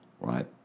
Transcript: Right